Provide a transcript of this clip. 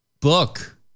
book